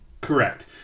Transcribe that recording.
Correct